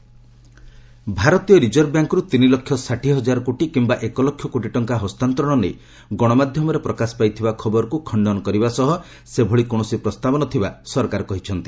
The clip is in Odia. ଡିଇଏ ସେକ୍ରେଟାରୀ ଭାରତୀୟ ରିଜର୍ଭ ବ୍ୟାଙ୍କ୍ରୁ ତିନି ଲକ୍ଷ ଷାଠିଏ ହଜାର କୋଟି କିମ୍ବା ଏକଲକ୍ଷ କୋଟି ଟଙ୍କା ହସ୍ତାନ୍ତରଣ ନେଇ ଗଶମାଧ୍ୟମରେ ପ୍ରକାଶ ପାଇଥିବା ଖବରକ୍ତ ଖଣ୍ଡନ କରିବା ସହ ସେଭଳି କୌଣସି ପ୍ରସ୍ତାବ ନ ଥିବା ସରକାର କହିଛନ୍ତି